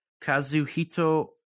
kazuhito